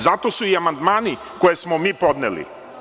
Zato su i amandmani koje smo mi podneli.